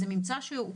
זה ממצא שיש לו,